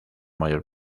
mayor